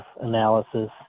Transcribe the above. analysis